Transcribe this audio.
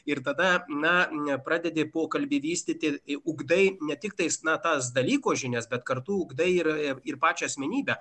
ir tada na nepradedi pokalbį vystyti į ugdai ne tiktais na tas dalyko žinias bet kartu ugdai yra ir pačią asmenybę